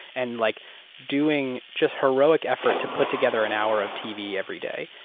and like doing just heroic effort to put together an hour of tv every day.